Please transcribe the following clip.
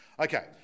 Okay